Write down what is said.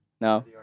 no